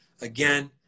again